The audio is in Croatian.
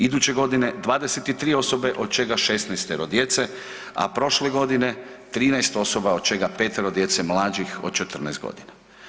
Iduće godine 23 osobe, od čega 16 djece, a prošle godine 13 osoba, od čega 5 djece mlađih od 14 godina.